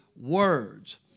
words